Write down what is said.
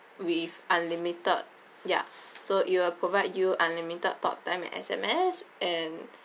with unlimited ya so it will provide you unlimited talk time and S_M_S and